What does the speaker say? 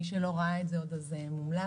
מי שלא ראה את זה עוד, אז מומלץ.